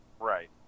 Right